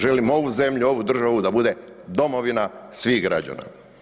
Želim ovu zemlju, ovu državu da bude domovina svih građana.